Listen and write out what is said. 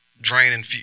draining